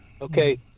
Okay